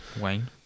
Wayne